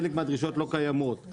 חלק מהדרישות לא קיימות,